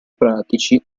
pratici